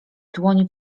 dłoni